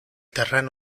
terreno